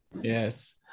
yes